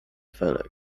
felek